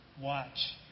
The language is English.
watch